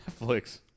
Netflix